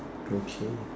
okay